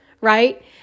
right